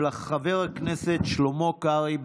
של חבר הכנסת שלמה קרעי.